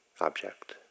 object